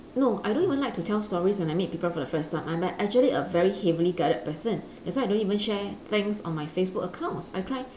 no I don't even like to tell stories when I meet people for the first time I'm a actually a very heavily guarded person that's why I don't even share things on my facebook accounts I try